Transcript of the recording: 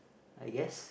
yes